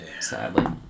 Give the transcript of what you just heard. sadly